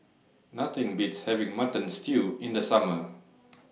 Nothing Beats having Mutton Stew in The Summer